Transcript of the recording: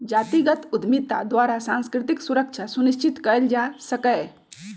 जातिगत उद्यमिता द्वारा सांस्कृतिक सुरक्षा सुनिश्चित कएल जा सकैय